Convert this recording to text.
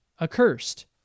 accursed